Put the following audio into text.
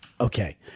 Okay